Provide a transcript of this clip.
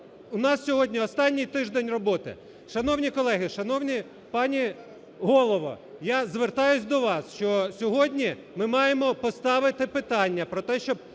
у нас сьогодні останній тиждень роботи. Шановні колеги, шановна пані Голово, я звертаюсь до вас, що сьогодні ми маємо поставити питання про те,